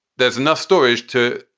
there's enough storage to.